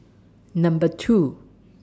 Number two